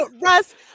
Russ